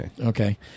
Okay